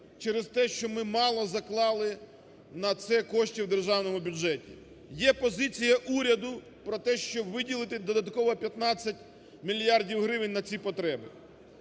через те, що ми мало заклали на це коштів у держаному бюджеті. Є позиція уряду про те, щоб виділити додатково 15 мільярдів гривень на ці потреби.